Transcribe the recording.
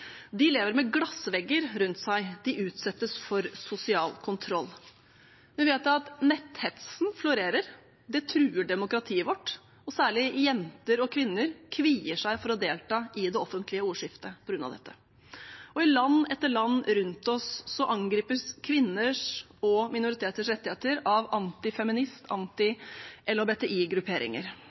De lever med glassvegger rundt seg, de utsettes for sosial kontroll. Vi vet at netthetsen florerer. Det truer demokratiet vårt, og særlig jenter og kvinner kvier seg for å delta i det offentlige ordskiftet på grunn av dette. I land etter land rundt oss angripes kvinners og minoriteters rettigheter av